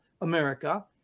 America